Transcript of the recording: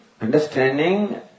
understanding